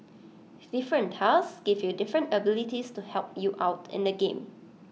different tiles give you different abilities to help you out in the game